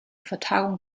vertagung